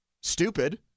stupid